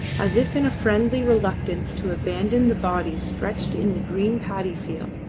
as if in friendly reluctance to abandon the body stretched in the green paddy-field.